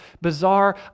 bizarre